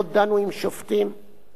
אני דנתי עם שופטים בדימוס,